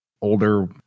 older